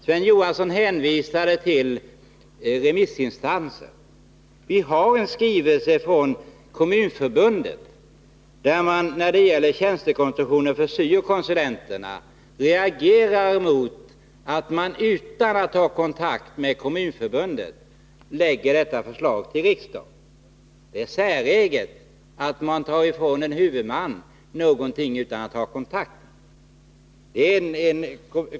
Sven Johansson hänvisade till remissinstanser. Vi har fått en skrivelse från Kommunförbundet, där förbundet reagerar mot att regeringen, utan att ha tagit kontakt med Kommunförbundet, för riksdagen har lagt fram förslaget beträffande tjänstekonstruktionen för syo-konsulenterna. Det är säreget att man tar ifrån en huvudman någonting utan att ha tagit kontakt med vederbörande.